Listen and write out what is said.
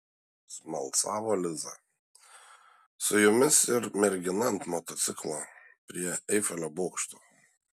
smalsavo liza su jumis ir mergina ant motociklo prie eifelio bokšto